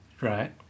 right